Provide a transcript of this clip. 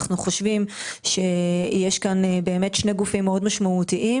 אנחנו חושבים שיש כאן שני גופים מאוד משמעותיים